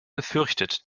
gefürchtet